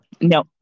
No